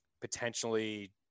potentially